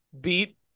beat